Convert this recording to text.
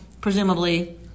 presumably